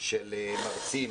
של מרצים